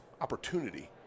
opportunity